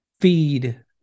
feed